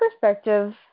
perspective